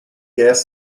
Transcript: gas